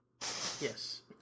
Yes